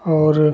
और